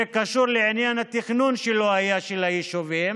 קשור לעניין התכנון שלא היה של היישובים,